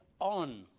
on